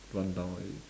rundown already